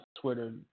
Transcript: Twitter